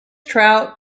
trout